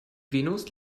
venus